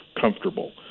comfortable